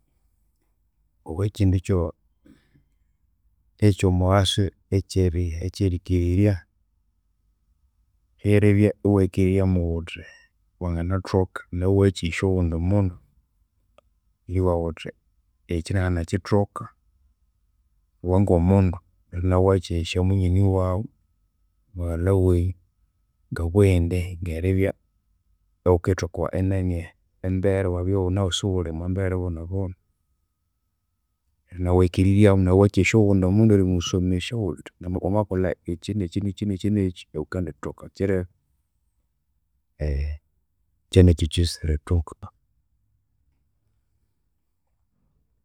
Obo ekyindu kyo- ekyomughasa ekyerikirirya lyeribya iwayikiryamu ghuthi nanganathoka naghu iwayakyeghesya oghundi mundu. Eribugha ghuthi ekyi nanganakyithoka iwe ngomundu neryo naghu iwayakyeghesya munyoni waghu, mughalha wenyu, ngabughe indi ngeribya ighukithoka enani, embera iwabya ighune ahu isighuli omwambera eyeribonabona. Neru iwayikiriryamu naghu iwayakyeghesya ighundi mundu erimusomesya iwabugha ghuthi wamakolha ekyinekyinekyi, ghukendithoka kyirebe. Kyanekyu kyisa, erithoka.